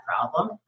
problem